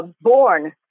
born